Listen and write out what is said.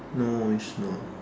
no it's not